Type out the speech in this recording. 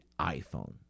iPhone